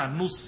no